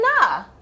nah